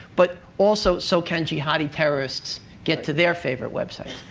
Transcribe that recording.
but, also, so can jihadi terrorists get to their favorite websites.